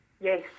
yes